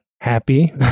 happy